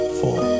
four